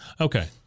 Okay